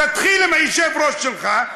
תתחיל עם היושב-ראש שלך,